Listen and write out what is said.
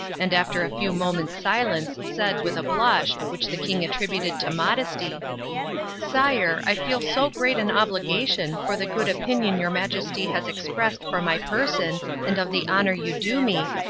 and after a few moments silence said with a blush, which the king attributed to modesty sire, i feel so great an obligation for the good opinion your majesty has expressed for my person and of the honour you do me,